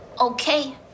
Okay